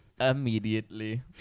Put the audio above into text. immediately